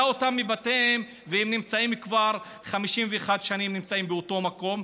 אותם מבתיהם והם כבר 51 שנים נמצאים באותו מקום,